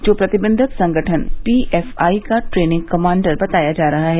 जो प्रतिबंधित संगठन पीएफआई का ट्रेनिंग कमांडर बताया जा रहा है